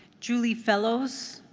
julie fellows?